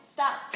Stop